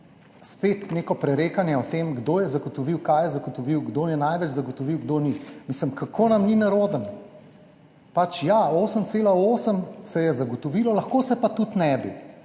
spet neko prerekanje o tem, kdo je zagotovil, kaj je zagotovil, kdo je največ zagotovil, kdo ni. Mislim kako nam ni nerodno? Pač ja, 8,8 se je zagotovilo, lahko se pa tudi ne bi.